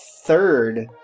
third